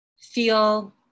feel